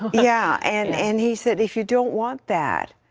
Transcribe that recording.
yeah. and and he said, if you don't want that,